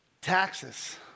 Taxes